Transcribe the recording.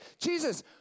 Jesus